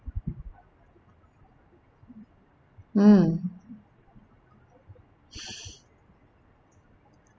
mm